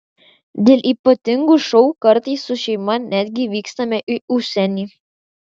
dėl ypatingų šou kartais su šeima netgi vykstame į užsienį